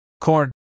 Corn